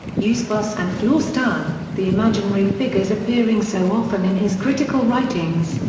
eusebius and florestan, the imaginary figures appearing so often in his critical writings,